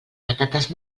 patates